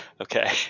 Okay